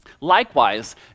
Likewise